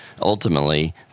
ultimately